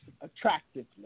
attractively